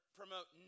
promote